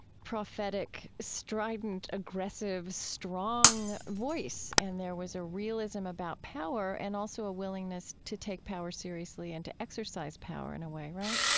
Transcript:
prophetic, strident, aggressive, strong voice. and there was a realism about power and also a willingness willingness to take power seriously and to exercise power in a way, right?